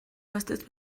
gaztez